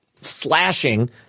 slashing